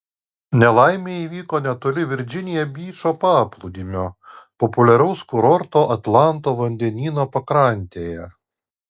nelaimė įvyko netoli virdžinija byčo paplūdimio populiaraus kurorto atlanto vandenyno pakrantėje